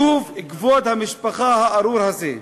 כבוד המשפחה הארור הזה,